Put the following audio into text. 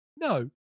No